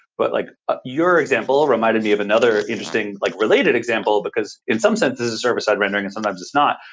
but, like ah your example reminded me of another interesting like related example, because in some sense, it is a server-side rendering and sometimes it's not.